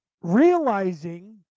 realizing